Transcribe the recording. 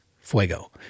fuego